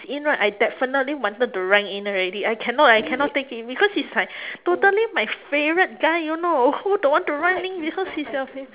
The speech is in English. in right I definitely wanted to rank in already I cannot I cannot take it because he's like totally my favourite guy you know who don't want to rank in because he's a